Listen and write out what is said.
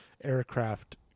aircraft